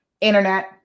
internet